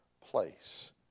place